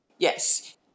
Yes